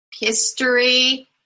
history